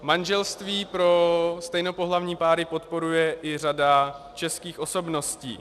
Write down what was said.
Manželství pro stejnopohlavní páry podporuje i řada českých osobností.